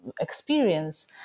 experience